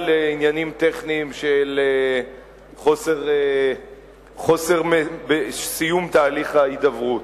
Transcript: עניינים טכניים של חוסר סיום תהליך ההידברות.